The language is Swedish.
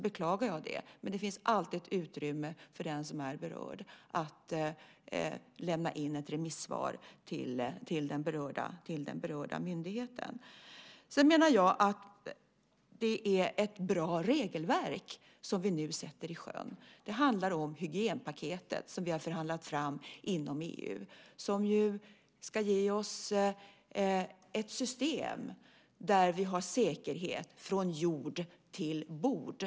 Men det finns alltid ett utrymme för den som är berörd att lämna in ett remissvar till den aktuella myndigheten. Det är ett bra regelverk som vi nu sätter i sjön. Det handlar om hygienpaketet, som vi har förhandlat fram inom EU. Det ska ge oss ett system där vi har säkerhet från jord till bord.